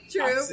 true